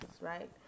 right